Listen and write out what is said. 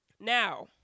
Now